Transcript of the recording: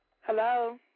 Hello